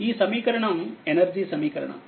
ఈ సమీకరణం ఎనర్జీ సమీకరణం